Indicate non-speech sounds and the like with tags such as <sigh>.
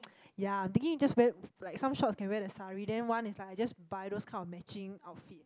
<noise> ya I'm thinking you just wear like some shots can wear the saree then one is like I just buy those kind of matching outfit